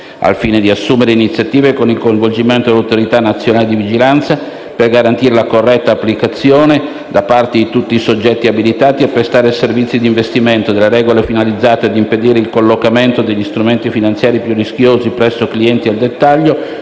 tal fine ad assumere iniziative, con il coinvolgimento delle autorità nazionali di vigilanza, per garantire la corretta applicazione, da parte di tutti soggetti abilitati a prestare servizi di investimento, delle regole finalizzate ad impedire il collocamento degli strumenti finanziari più rischiosi presso clienti al dettaglio